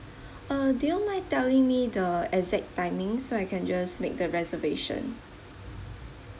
uh do you mind telling me the exact timing so I can just make the reservation